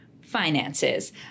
finances